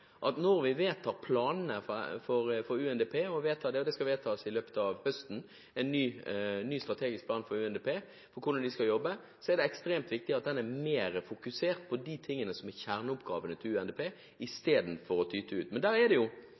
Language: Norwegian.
at når vi vedtar planen for UNDP – det vedtas i løpet av høsten en ny strategisk plan for hvordan UNDP skal jobbe – så er det ekstremt viktig at den er mer fokusert på det som er kjerneoppgavene til UNDP, istedenfor å tyte utover. Men det er jo demokrati, og det